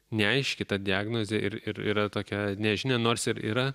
neaiški ta diagnozė ir ir yra tokia nežinia nors ir yra